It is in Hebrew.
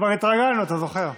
כבר התרגלנו, אתה זוכר.